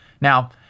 Now